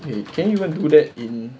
can you even do that in